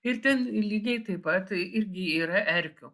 ir ten lygiai taip pat tai irgi yra erkių